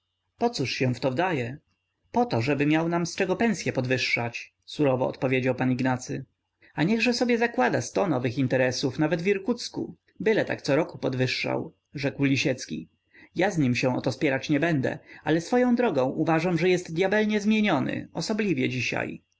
się pocóż się w to wdaje poto żeby miał nam z czego pensye podwyższać surowo odpowiedział pan ignacy a niechże sobie zakłada sto nowych interesów nawet w irkucku byle tak coroku podwyższał rzekł lisiecki ja z nim się o to spierać nie będę ale swoją drogą uważam że jest dyabelnie zmieniony osobliwie dzisiaj